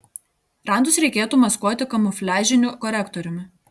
randus reikėtų maskuoti kamufliažiniu korektoriumi